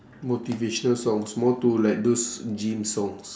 motivational songs more to like those gym songs